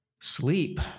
sleep